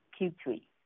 Q3